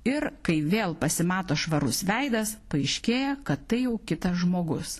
ir kai vėl pasimato švarus veidas paaiškėja kad tai jau kitas žmogus